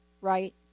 right